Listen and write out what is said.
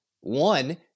one